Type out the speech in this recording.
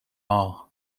are